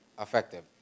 effective